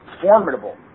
formidable